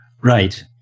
Right